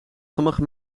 sommige